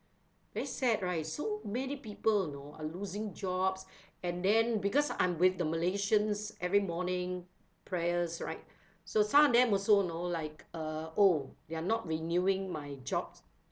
very sad right so many people you know are losing jobs and then because I'm with the malaysians every morning prayers right so some of them also you know like uh oh they're not renewing my job